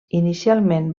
inicialment